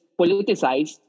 politicized